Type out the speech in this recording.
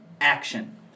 action